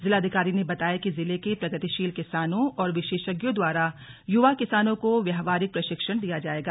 जिलाधिकारी ने बताया कि जिले के प्रगतिशील किसानों और विशेषज्ञों द्वारा युवा किसानों को व्यावहारिक प्रशिक्षण दिया जाएगा